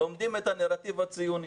לומדים את הנרטיב הציוני.